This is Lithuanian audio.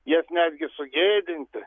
jas netgi sugėdinti